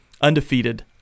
Undefeated